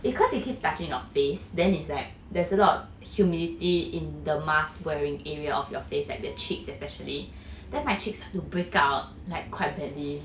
because you keep touching your face then it's like there's a lot humidity in the mask wearing area of your face like the cheeks especially then my cheeks start to break out like quite badly